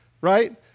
Right